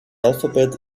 alphabet